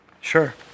Sure